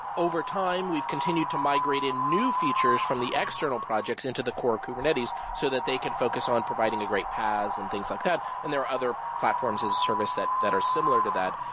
overtime, we've continued to migrate in new features from the external projects into the core kubernetes so that they can focus on providing a great pods and things like that, and there are other platforms of service that that are similar to that.